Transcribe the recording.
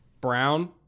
brown